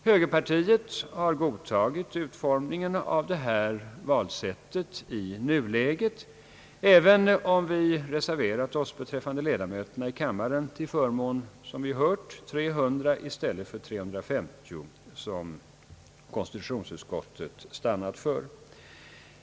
Högerpartiet har som ett led i nu träffad kompromiss godtagit utformningen av detta valsätt i nuläget, även om vi reserverat oss beträffande antalet ledamöter i kammaren till förmån för 300 ledamöter i stället för 350 som konstitutionsutskottet stannat för.